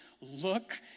look